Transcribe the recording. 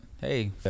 hey